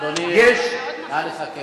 שר הרווחה, אדוני, נא לסכם.